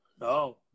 No